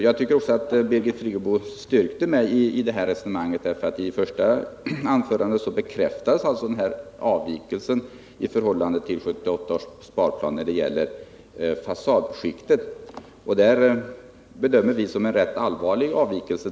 Jag tycker också att Birgit Friggebo styrkte mig i detta resonemang, därför att hon i sitt första anförande bekräftade avvikelser i förhållande till 1978 års sparplan när det gäller fasadskikt. Det bedömer vi som en rätt allvarlig avvikelse.